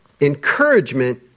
encouragement